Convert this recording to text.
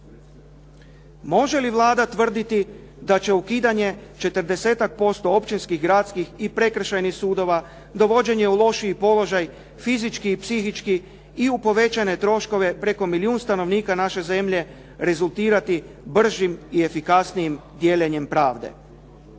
Može li Vlada tvrditi da će ukidanje 40-tak posto općinskih, gradskih i prekršajnih sudova, dovođenje u lošiji položaj fizički i psihički i u povećane troškove preko milijun stanovnika naše zemlje rezultirati bržim i efikasnijim dijeljenjem pravde.